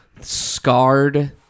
Scarred